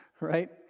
right